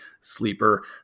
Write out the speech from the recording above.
sleeper